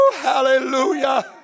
Hallelujah